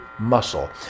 muscle